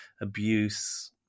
abuse